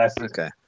Okay